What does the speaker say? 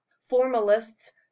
formalists